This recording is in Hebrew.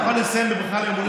אני יכול לסיים בברכה ליום הולדת?